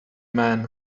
man